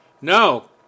No